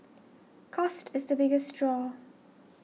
cost is the biggest draw